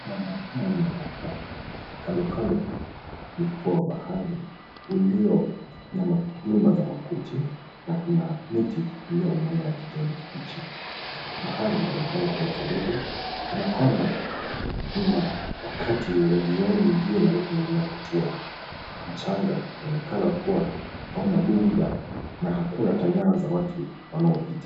Mandhari haya ni ya bahari kando kando ya ufuo wa bahari ulio na nyumba za makuti na kuna miti iliyomea ya kijani kibichi, bahari inaonekana kuwa tulivu kana kwamba wakati wa jioni jua linapoendelea kutua, mchanga unaonekana kuwa hauna bugudha na hakuna hata nyayo za watu wanaopita.